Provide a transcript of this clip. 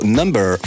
number